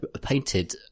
painted